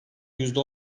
yüzde